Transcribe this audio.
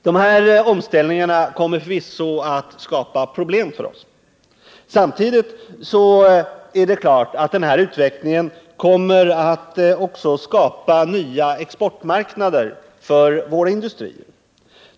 De här omställningarna kommer förvisso att skapa problem för oss. Samtidigt är det klart att den här utvecklingen kommer att skapa nya exportmarknader för våra industrier.